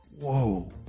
Whoa